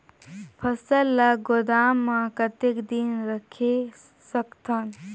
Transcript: फसल ला गोदाम मां कतेक दिन रखे सकथन?